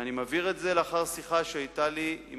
ואני מבהיר את זה לאחר שיחה שהיתה לי עם